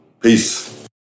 Peace